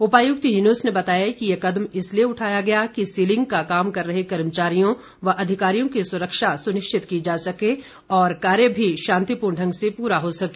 उपायुक्त यूनुस ने बताया कि ये कदम इसलिए उठाया गया कि सीलिंग का काम कर रहे कर्मचारियों व अधिकारियों की सुरक्षा सुनिश्चित की जा सके और कार्य भी शांतिपूर्ण ढंग से पूरा हा सके